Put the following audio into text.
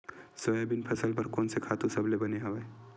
Soybean फसल बर कोन से खातु सबले बने हवय?